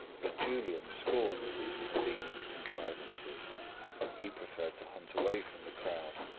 but julian scorned these convenient contrivances he preferred to hunt away from the crowd,